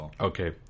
Okay